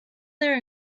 their